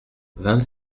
vingt